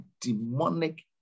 demonic